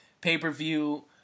pay-per-view